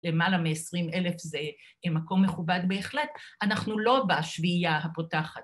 ‫למעלה מ-20 אלף זה מקום מכובד בהחלט. ‫אנחנו לא בשביעייה הפותחת.